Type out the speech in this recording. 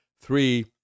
three